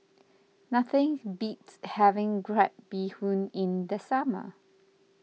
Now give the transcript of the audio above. nothing beats having Crab Bee Hoon in the summer